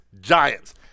giants